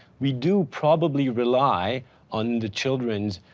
we do probably rely on the children's